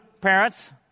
parents